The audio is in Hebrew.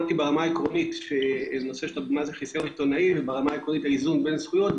דיברתי ברמה העקרונית על האיזון בין הזכויות,